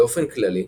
באופן כללי,